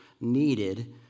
needed